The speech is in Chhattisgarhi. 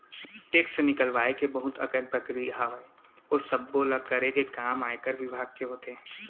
टेक्स निकलवाय के बहुत अकन प्रक्रिया हावय, ओ सब्बो ल करे के काम आयकर बिभाग के होथे